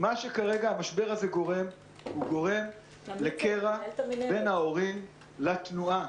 כרגע המשבר הזה גורם לקרע בין ההורים לבין התנועה,